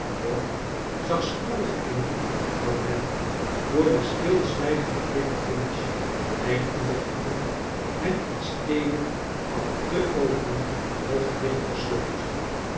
zag spoedig in dat men door den stilzwijgenden flintwinch wijn in te gieten hem in stede van te openen nog dichter sloot